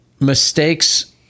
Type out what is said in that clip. mistakes